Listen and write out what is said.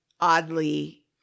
oddly